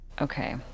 Okay